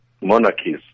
Monarchies